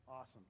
Awesome